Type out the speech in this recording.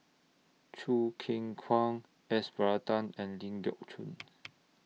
Choo Keng Kwang S Varathan and Ling Geok Choon